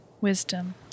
wisdom